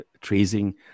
tracing